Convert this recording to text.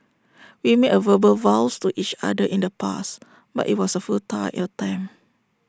we made verbal vows to each other in the past but IT was A futile attempt